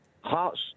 Hearts